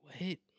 wait